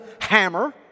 hammer